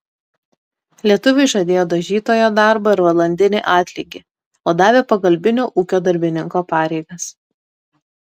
lietuviui žadėjo dažytojo darbą ir valandinį atlygį o davė pagalbinio ūkio darbininko pareigas